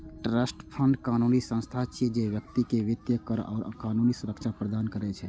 trust fund कानूनी संस्था छियै, जे व्यक्ति कें वित्तीय, कर आ कानूनी सुरक्षा प्रदान करै छै